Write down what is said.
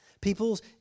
people's